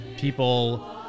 people